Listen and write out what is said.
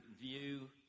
view